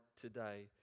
today